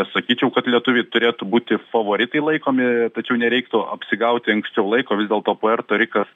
sakyčiau kad lietuviai turėtų būti favoritai laikomi tačiau nereiktų apsigauti anksčiau laiko vis dėlto puerto rikas